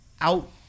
out